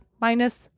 minus